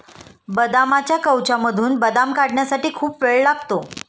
बदामाच्या कवचामधून बदाम काढण्यासाठी खूप वेळ लागतो